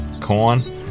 corn